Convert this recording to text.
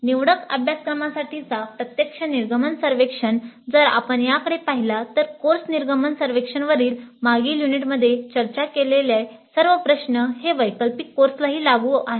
निवडक अभ्यासक्रमांसाठीचा प्रत्यक्ष निर्गमन सर्वेक्षण जर आपण याकडे पाहिला तर कोर्स निर्गमन सर्वेक्षण वरील मागील युनिटमध्ये चर्चा केलेले सर्व प्रश्न हे वैकल्पिक कोर्सलाही लागू आहेत